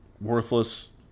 worthless